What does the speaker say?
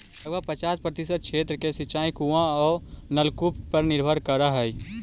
लगभग पचास प्रतिशत क्षेत्र के सिंचाई कुआँ औ नलकूप पर निर्भर करऽ हई